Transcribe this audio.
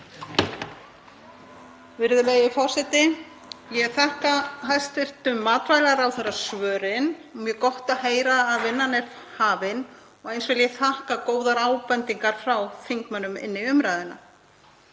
Virðulegi forseti. Ég þakka hæstv. matvælaráðherra svörin. Mjög gott að heyra að vinnan sé hafin og eins vil ég þakka góðar ábendingar frá þingmönnum inn í umræðuna.